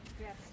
yes